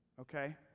Okay